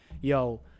Yo